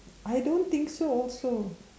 I don't think so also